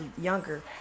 younger